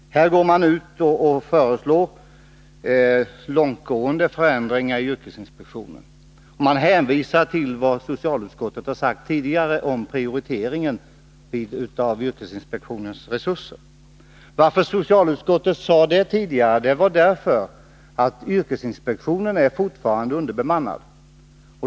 Nu går man ut och föreslår långtgående förändringar i yrkesinspektionen. Man hänvisar till det socialutskottet sagt tidigare om prioriteringen av yrkesinspektionens resurser. Anledningen till att socialutskottet tidigare tryckte på detta var att yrkesinspektionen fortfarande är underbemannad.